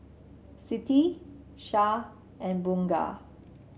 Siti Shah and Bunga